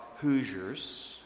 Hoosiers